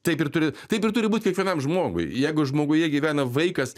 taip ir turi taip ir turi būt kiekvienam žmogui jeigu žmoguje gyvena vaikas